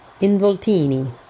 involtini